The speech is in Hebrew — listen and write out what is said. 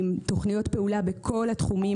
עם תוכניות פעולה בכל התחומים.